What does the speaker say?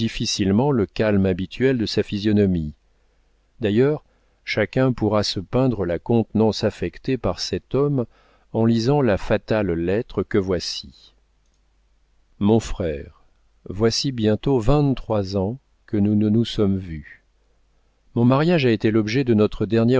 difficilement le calme habituel de sa physionomie d'ailleurs chacun pourra se peindre la contenance affectée par cet homme en lisant la fatale lettre que voici mon frère voici bientôt vingt-trois ans que nous ne nous sommes vus mon mariage a été l'objet de notre